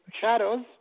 shadows